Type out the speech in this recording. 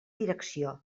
direcció